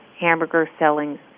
hamburger-selling